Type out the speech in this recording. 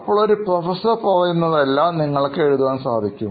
അപ്പോൾ ഒരു പ്രൊഫസർ പറയുന്നതെല്ലാം നിങ്ങൾക്ക് എഴുതാൻ സാധിക്കും